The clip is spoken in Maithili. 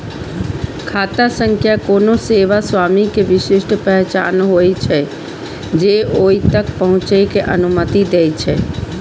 खाता संख्या कोनो सेवा स्वामी के विशिष्ट पहचान होइ छै, जे ओइ तक पहुंचै के अनुमति दै छै